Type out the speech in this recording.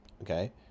okay